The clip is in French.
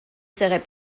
serait